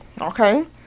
Okay